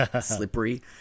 slippery